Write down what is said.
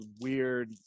weird